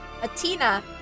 Atina